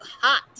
hot